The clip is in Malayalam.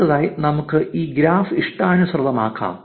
അടുത്തതായി നമുക്ക് ഈ ഗ്രാഫ് ഇഷ്ടാനുസൃതമാക്കാം